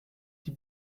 die